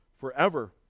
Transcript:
forever